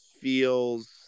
feels